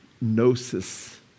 gnosis